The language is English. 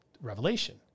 revelation